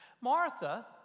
Martha